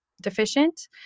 deficient